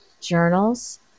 Journals